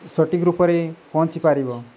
ସଠିକ୍ ରୂପରେ ପହଞ୍ଚିପାରିବ